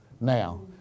now